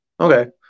okay